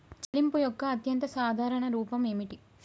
చెల్లింపు యొక్క అత్యంత సాధారణ రూపం ఏమిటి?